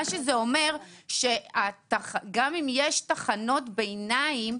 זה אומר שגם אם יש תחנות ביניים,